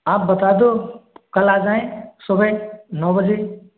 आप बता दो कल आ जाएँ सुबह नौ बजे